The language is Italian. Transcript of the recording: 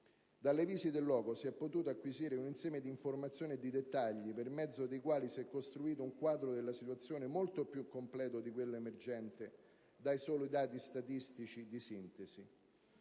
Dalle visite *in loco* si è potuto acquisire un insieme di informazioni e di dettagli per mezzo dei quali si è costruito un quadro della situazione molto più completo di quello emergente dai soli dati statistici di sintesi: